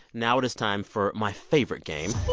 now it is time for my favorite game